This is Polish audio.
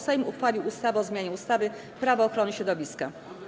Sejm uchwalił ustawę o zmianie ustawy Prawo ochrony środowiska.